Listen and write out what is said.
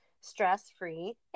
stress-free